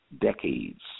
decades